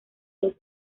los